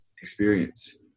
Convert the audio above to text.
experience